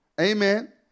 Amen